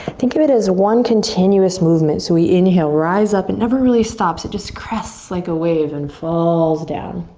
think of it as one continuous movement. so we inhale rise up, it never really stops, it just crests like a wave and falls down.